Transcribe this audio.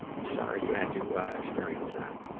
i'm sorry you had to experience that.